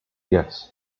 yes